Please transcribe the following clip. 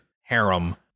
harem